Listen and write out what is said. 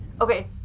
okay